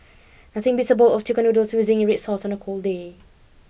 nothing beats a bowl of chicken noodles with zingy red sauce on a cold day